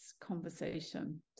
conversation